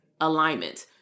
alignment